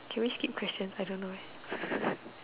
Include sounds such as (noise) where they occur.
can we skip questions I don't know (laughs)